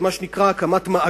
את מה שנקרא הקמת מאגר.